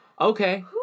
Okay